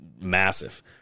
massive